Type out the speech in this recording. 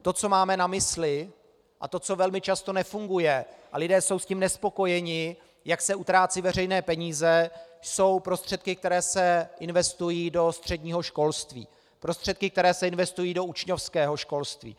To, co máme na mysli a co velmi často nefunguje, a lidé jsou nespokojeni s tím, jak se utrácejí veřejné peníze, jsou prostředky, které se investují do středního školství, prostředky, které se investují do učňovského školství.